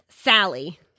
Sally